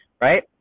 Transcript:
right